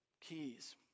Keys